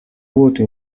vuoto